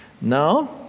Now